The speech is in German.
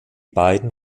beiden